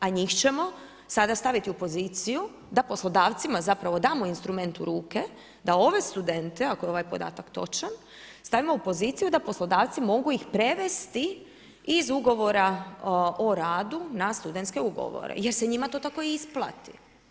A njih ćemo sada staviti u poziciju da poslodavcima zapravo damo instrument u ruke, da ove studente, ako je ovaj podatak točan, stavimo u poziciju da poslodavci mogu ih prevesti iz ugovora o radu na studentske ugovore, jer se njima to tako isplati.